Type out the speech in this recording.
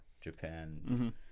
Japan